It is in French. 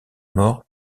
mort